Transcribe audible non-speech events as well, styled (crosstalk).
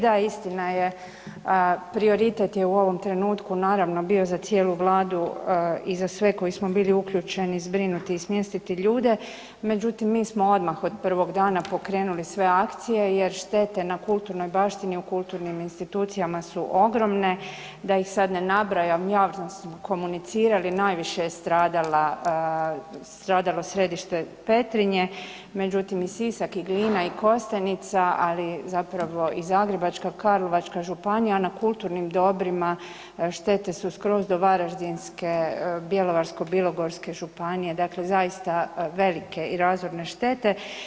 Da, istina je, prioritet je u ovom trenutku naravno bio za cijelu Vladu i za sve koji smo bili uključeni zbrinuti i smjestiti ljude, međutim mi smo odmah od prvog dana pokrenuli sve akcije jer štete na kulturnoj baštini u kulturnim institucijama su ogromne, da ih se sad ne nabrajam, ... (unintelligible) komunicirali najviše je stradalo središte Petrinje, međutim i Sisak i Glina i Kostajnica ali zapravo i Zagrebačka i Karlovačka županija na kulturnim dobrima, štete su skroz do Varaždinske, Bjelovarsko-bilogorske županije, dakle zaista velike i razorne štete.